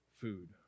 food